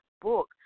book